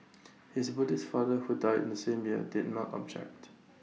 his Buddhist father who died in the same year did not object